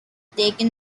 taken